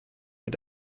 mit